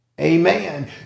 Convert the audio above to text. amen